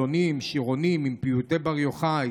עלונים, שירונים עם פיוטי בר יוחאי.